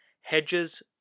hedges